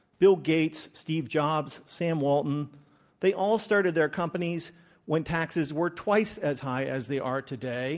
bill gates, steve jobs, sam walton they all started their companies when taxes were twice as high as they are today.